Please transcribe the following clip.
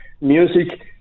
music